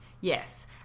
yes